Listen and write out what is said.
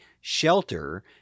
shelter